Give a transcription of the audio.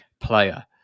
player